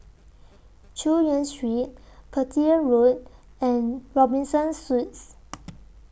Chu Yen Street Petir Road and Robinson Suites